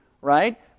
right